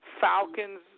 Falcons